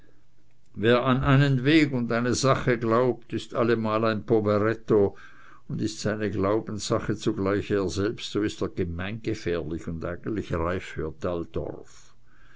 wer an einen weg und eine sache glaubt ist allemal ein poveretto und ist seine glaubenssache zugleich er selbst so ist er gemeingefährlich und eigentlich reif für